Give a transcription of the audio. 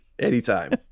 Anytime